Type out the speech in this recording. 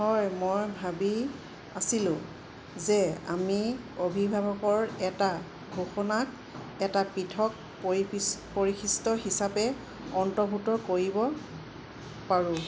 হয় মই ভাবি আছিলোঁ যে আমি অভিভাৱকৰ এটা ঘোষণাক এটা পৃথক পৰিপৃছ পৰিশিষ্ট হিচাপে অন্তৰ্ভুক্ত কৰিব পাৰোঁ